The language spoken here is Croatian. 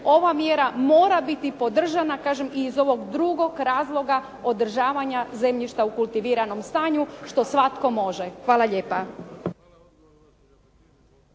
ova mjera mora biti podržana kažem i iz ovog drugog razloga održavanja zemljišta u kultiviranom stanju što svatko može. Hvala lijepa.